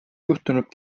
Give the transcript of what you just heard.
juhtunud